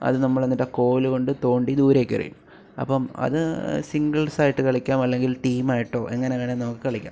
അത് നമ്മൾ എന്നിട്ട് കോൽ കൊണ്ട് തോണ്ടി ദൂരേക്ക് എറിയും അപ്പം അത് സിംഗിൾസ് ആയിട്ട് കളിക്കാം അല്ലെങ്കിൽ ടീം ആയിട്ടോ എങ്ങനെ വേണേ നമുക്ക് കളിക്കാം